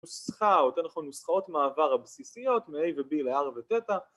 ‫נוסחה, או יותר נכון, ‫נוסחאות מעבר הבסיסיות, ‫מ-A ו-B ל-R ו-תטא.